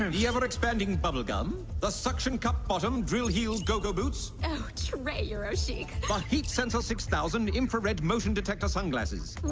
he ever expanding bubble gum the suction cup bottom drill yield go-go boots? x-ray or a shake ah heat central six thousand infrared motion detector sunglasses